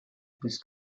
his